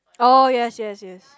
oh yes yes yes